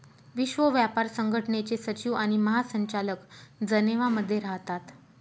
विश्व व्यापार संघटनेचे सचिव आणि महासंचालक जनेवा मध्ये राहतात